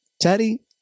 Teddy